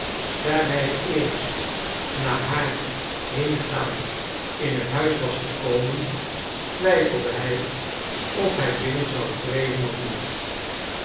daar hij eerst na haar heengaan in het huis was gekomen twijfelde hij of hij binnen zou treden of niet